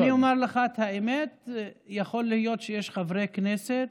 ואני אומר לך את האמת, יכול להיות שיש חברי כנסת,